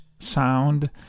sound